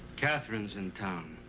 katherine's in town.